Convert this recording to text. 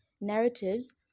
narratives